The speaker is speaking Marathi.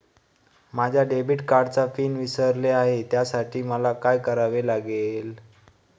माझ्या डेबिट कार्डचा पिन विसरले आहे त्यासाठी मला काय करावे लागेल?